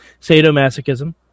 sadomasochism